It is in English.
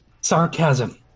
sarcasm